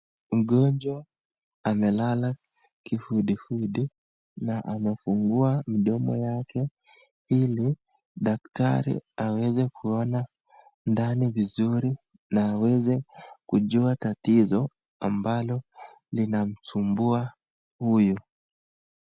Mgonjwa amelala kifudifudi na anafungua mdomo yake ili daktari aweze kuona ndani vizuri na aweze kujua tatizo ambalo linamsumbua huyu.